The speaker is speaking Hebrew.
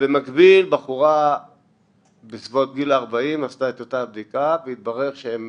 במקביל בחורה בסביבות גיל 40 עשתה את אותה בדיקה והתברר שהן